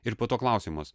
ir po to klausia mus